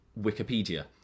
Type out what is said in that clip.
Wikipedia